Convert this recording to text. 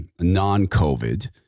non-COVID